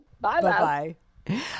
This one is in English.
Bye-bye